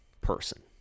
person